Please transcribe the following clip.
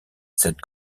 cette